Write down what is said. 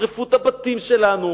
ישרפו את הבתים שלנו,